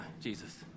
Jesus